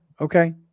Okay